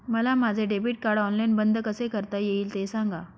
मला माझे debit card online बंद कसे करता येईल, ते सांगा